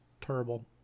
terrible